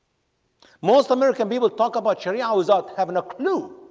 most american people talk about cheerios out having a clue